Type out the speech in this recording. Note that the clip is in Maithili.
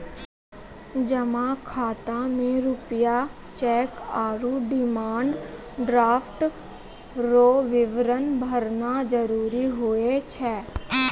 जमा खाता मे रूपया चैक आरू डिमांड ड्राफ्ट रो विवरण भरना जरूरी हुए छै